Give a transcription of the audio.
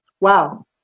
Wow